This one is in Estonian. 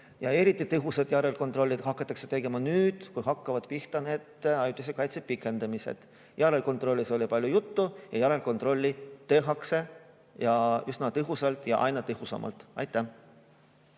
Eriti tõhusat järelkontrolli hakatakse tegema nüüd, kui hakkavad pihta need ajutise kaitse pikendamised. Järelkontrollist oli palju juttu, seda tehakse üsna tõhusalt ja aina tõhusamalt. Aitäh!